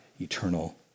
eternal